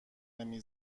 نمی